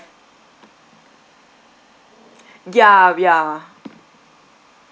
ya ya